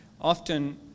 Often